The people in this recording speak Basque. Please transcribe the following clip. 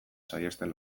saihesten